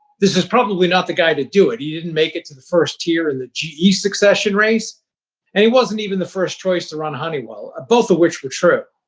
this is probably not the guy to do it. he didn't make it to the first tier of and the ge succession race and he wasn't even the first choice to run honeywell, both of which were true.